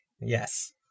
yes